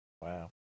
Wow